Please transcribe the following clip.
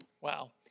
Wow